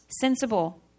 Sensible